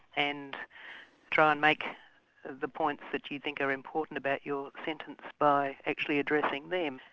and try and make the points that you think are important about your sentence by actually addressing them.